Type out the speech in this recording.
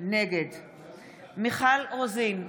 כפי שקוראים לו,